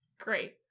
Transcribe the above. Great